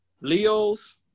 Leos